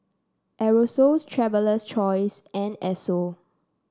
Aerosoles Traveler's Choice and Esso